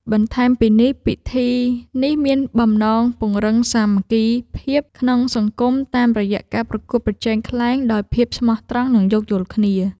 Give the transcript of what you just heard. បន្ថែមពីនេះ ពិធីនេះមានបំណងពង្រឹងសាមគ្គីភាពក្នុងសង្គមតាមរយៈការប្រកួតប្រជែងខ្លែងដោយភាពស្មោះត្រង់ និងយោគយល់គ្នា។